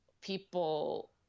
people